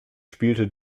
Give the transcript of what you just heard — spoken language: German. spielte